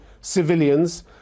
civilians